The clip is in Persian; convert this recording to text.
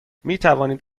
میتوانید